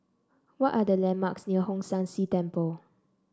what are the landmarks near Hong San See Temple